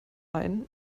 ein